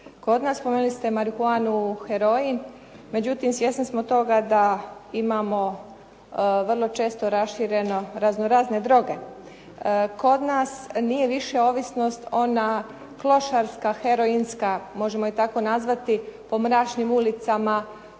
kod nas, spomenuli ste marihuanu, heroin. Međutim svjesni smo toga da imamo vrlo često rašireno razno razne droge. Kod nas nije više ovisnost ona klošarska heroinska, možemo je tako nazvati, po mračnim ulicama,